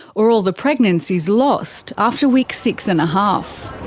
or all the pregnancies lost after week six and a half.